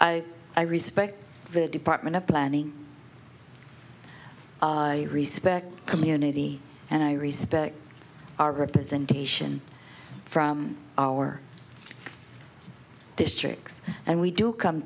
chair i respect the department of planning i respect community and i respect our representation from our districts and we do come